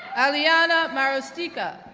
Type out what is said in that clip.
eliana marostica,